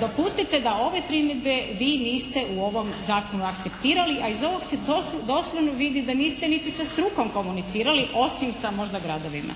Dopustite da ove primjedbe vi niste u ovom Zakonu akceptirali, a iz ovog se doslovno vidi da niste niti sa strukom komunicirali, osim sa možda gradovima.